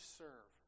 serve